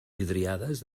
vidriades